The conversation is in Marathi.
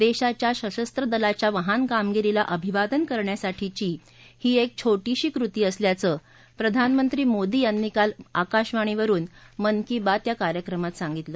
देशाच्या सशस्त्र दलाच्या महान कामगिरीला अभिवादन करण्यासाठीची ही एक छोटीशी कृती असल्याचं प्रधानमंत्री मोदी यांनी काल आकाशवाणीवरुन मन की बात या कार्यक्रमात सांगितलं